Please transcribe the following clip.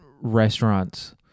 restaurants